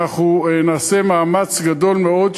ואנחנו נעשה מאמץ גדול מאוד,